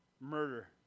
Murder